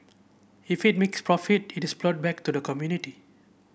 if it makes profit it is ploughed back to the community